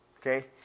Okay